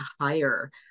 hire